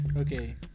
Okay